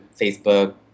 Facebook